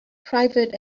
private